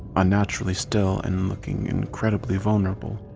unnaturally still and looking incredibly vulnerable.